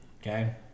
okay